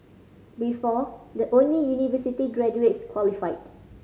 before the only university graduates qualified